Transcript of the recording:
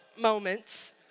moments